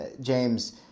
James